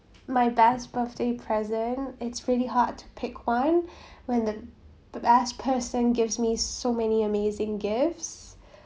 my best birthday present it's really hard to pick one when the the best person gives me so many amazing gifts